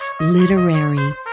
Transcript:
literary